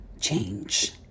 Change